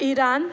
Iran